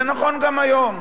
זה נכון גם היום,